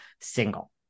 single